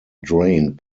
drained